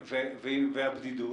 והבדידות?